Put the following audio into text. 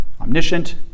omniscient